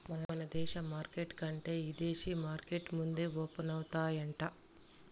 మన దేశ మార్కెట్ల కంటే ఇదేశీ మార్కెట్లు ముందే ఓపనయితాయంట